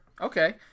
Okay